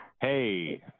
Hey